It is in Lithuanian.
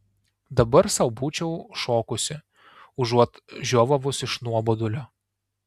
dabar sau būčiau šokusi užuot žiovavus iš nuobodulio